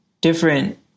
different